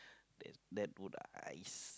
that that would ice